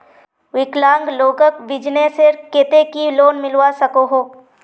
विकलांग लोगोक बिजनेसर केते की लोन मिलवा सकोहो?